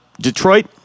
Detroit